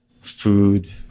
food